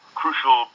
crucial